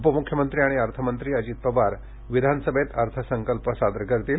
उपमुख्यमंत्री आणि अर्थमंत्री अजित पवार विधानसभेत अर्थ संकल्प सादर करणार आहेत